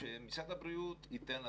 כשמשרד הבריאות ייתן לנו,